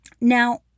Now